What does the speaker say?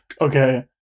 Okay